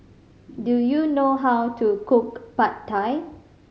do you know how to cook Pad Thai